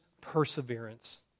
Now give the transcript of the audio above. perseverance